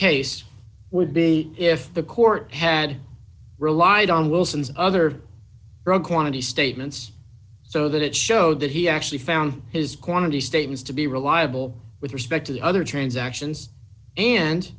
case would be if the court had relied on wilson's other quantity statements so that it showed that he actually found his quantity statements to be reliable with respect to the other transactions and